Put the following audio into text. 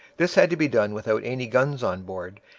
this had to be done without any guns on board,